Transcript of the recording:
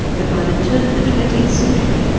but by the turn of the twentieth century,